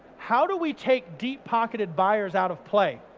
how do we take deep pocketed buyers out of play?